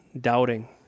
doubting